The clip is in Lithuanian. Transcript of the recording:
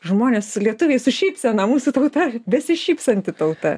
žmonės lietuviai su šypsena mūsų tauta besišypsanti tauta